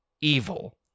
evil